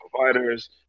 providers